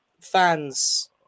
fans